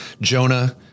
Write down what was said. Jonah